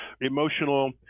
emotional